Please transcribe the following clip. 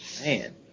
Man